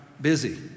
busy